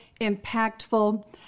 impactful